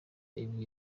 ibi